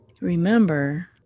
remember